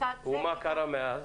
--- ומה קרה מאז?